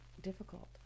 difficult